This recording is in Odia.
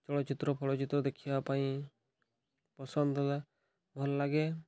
ଚଳଚ୍ଚିତ୍ର ଫଳଚ୍ଚିତ୍ର ଦେଖିବା ପାଇଁ ପସନ୍ଦ ଭଲ ଲାଗେ